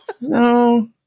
no